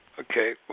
Okay